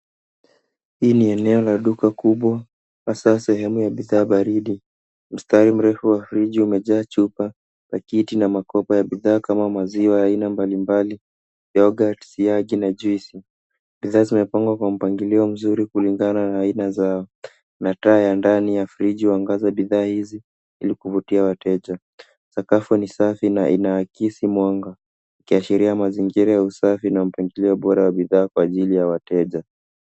Hii ni eneo la duka kubwa, hasa sehemu ya bidhaa baridi. Mastari mrefu wa friji umejaa chupa, pakiti na makopo ya bidhaa kama maziwa ya aina mbalimbali, yoghurt, siagi na juice . Bidhaa zimepangwa kwa mpangilio mzuri kulingana na aina zao. Na taa ya ndani ya friji huangaza bidhaa hizi ili kuvutia wateja. Sakafu ni safi na inaakisi mwanga. Kiashiria mazingira ya usafi na mpangilio bora wa bidhaa kwa ajili ya wateja.